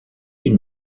une